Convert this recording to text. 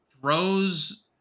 Throws